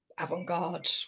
avant-garde